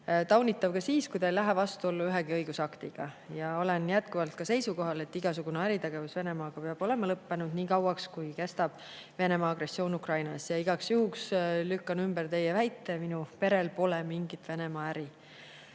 Taunitav ka siis, kui see ei lähe vastuollu ühegi õigusaktiga. Olen jätkuvalt ka seisukohal, et igasugune äritegevus Venemaaga peab olema lõppenud nii kauaks, kuni kestab Venemaa agressioon Ukrainas. Igaks juhuks lükkan ümber teie väite: minu perel pole mingit äri